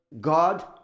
God